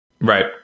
right